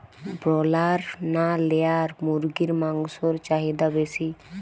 Broiler না layer মুরগির মাংসর চাহিদা বেশি?